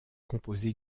composé